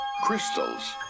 Crystals